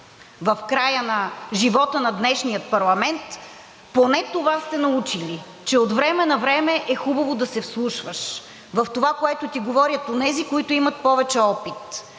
в края на живота на днешния парламент, че поне това сте научили, че от време на време е хубаво да се вслушваш в това, което ти говорят онези, които имат повече опит.